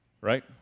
Right